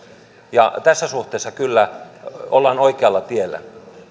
ja tässä suhteessa kyllä ollaan oikealla tiellä